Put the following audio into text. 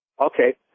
Okay